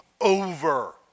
over